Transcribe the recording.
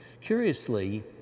Curiously